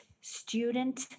Student